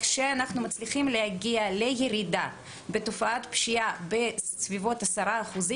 כשאנחנו מצליחים להגיע לירידה בתופעת פשיעה של בסביבות עשרה אחוזים,